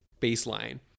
baseline